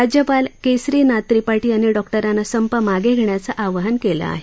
राज्यपाल केसरी नाथ त्रिपाठी यांनी डॉक्टरांना संप मागे घेण्याचं आवाहन केलं आहे